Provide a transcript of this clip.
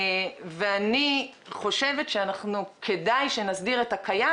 לדעתי, כדאי שנסדיר את הקיים